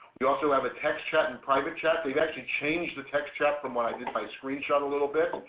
we also have a text chat and private chat. they've actually changed the text chat from when i did my screenshot a little bit.